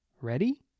Ready